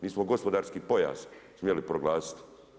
Nismo gospodarski pojas smijali proglasiti.